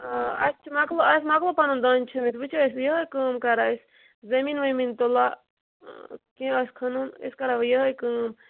آ اسہِ چھُ مۄکلو پنُن دانہِ چھۄمبِتھ وۄنۍ چھِ أسۍ یہٕے کٲم کران أسۍ زمیٖن ومیٖن تُلان کینٛہہ آسہِ کھنُن أسۍ کران وۄنۍ یہٕے کٲم